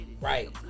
Right